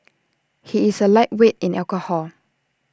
he is A lightweight in alcohol